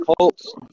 Colts